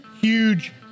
huge